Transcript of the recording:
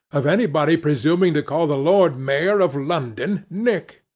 of anybody presuming to call the lord mayor of london nick!